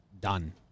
Done